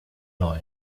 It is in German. neu